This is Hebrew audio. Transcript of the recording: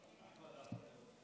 אתמול הוחלט שלא יהיה סגר על ערים